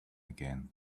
again